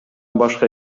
башка